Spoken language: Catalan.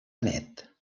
benet